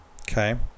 Okay